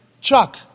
Chuck